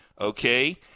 Okay